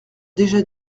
déjà